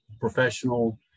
professional